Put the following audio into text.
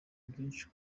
byinshi